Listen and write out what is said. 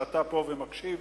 שאתה נמצא פה ומקשיב,